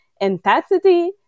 intensity